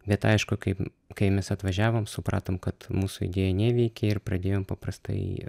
bet aišku kaip kai mes atvažiavom supratom kad mūsų idėja neveikia ir pradėjom paprastai